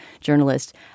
journalist